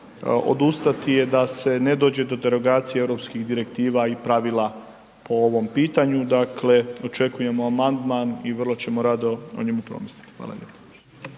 hvala lijepo.